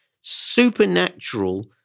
supernatural